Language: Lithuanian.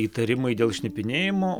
įtarimai dėl šnipinėjimo